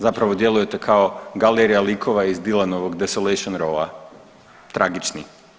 Zapravo djelujete kao galerija likova iz Dylanovog Desolation Rowa, tragični.